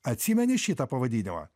atsimeni šitą pavadinimą